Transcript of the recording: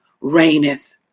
reigneth